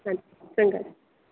ਹਾਂਜੀ ਚੰਗਾ ਜੀ